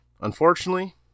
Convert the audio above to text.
Unfortunately